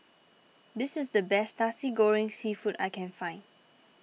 this is the best Nasi Goreng Seafood that I can find